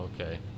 okay